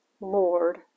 Lord